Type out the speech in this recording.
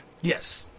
Yes